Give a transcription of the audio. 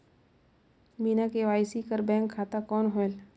बिना के.वाई.सी कर बैंक खाता कौन होएल?